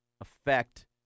affect